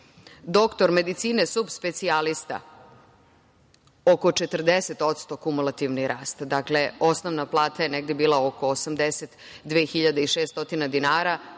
Doktor medicine subspecijalista oko 40% kumulativni rast. Dakle, osnovna plata je negde bila oko 82.600 dinara,